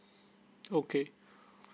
okay